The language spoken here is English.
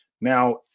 Now